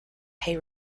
pay